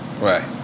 right